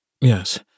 Yes